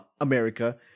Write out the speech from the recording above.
America